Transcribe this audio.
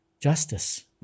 justice